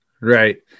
Right